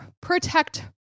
protect